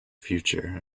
future